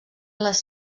les